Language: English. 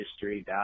history